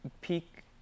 peak –